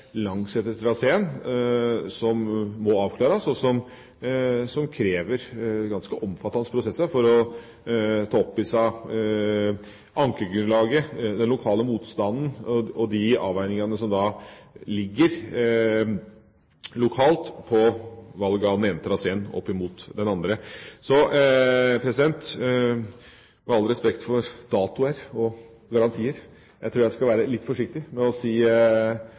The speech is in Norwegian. traseen som må avklares, og som krever ganske omfattende prosesser for å ta opp i seg ankegrunnlaget, den lokale motstanden og de avveiningene som ligger lokalt ved valg av den ene traseen foran den andre. Så med all respekt for datoer og garantier, jeg tror jeg skal være litt forsiktig med å si